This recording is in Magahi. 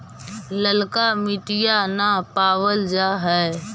ललका मिटीया न पाबल जा है?